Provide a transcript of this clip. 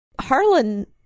Harlan